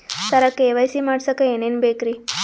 ಸರ KYC ಮಾಡಸಕ್ಕ ಎನೆನ ಬೇಕ್ರಿ?